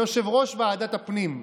ליושב-ראש ועדת הפנים.